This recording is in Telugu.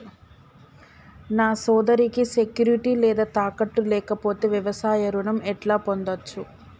నా సోదరికి సెక్యూరిటీ లేదా తాకట్టు లేకపోతే వ్యవసాయ రుణం ఎట్లా పొందచ్చు?